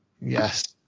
Yes